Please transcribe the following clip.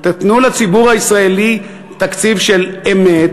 תנו לציבור הישראלי תקציב של אמת,